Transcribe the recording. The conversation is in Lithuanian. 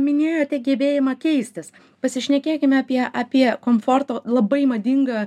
minėjote gebėjimą keistis pasišnekėkime apie apie komforto labai madingą